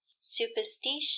superstition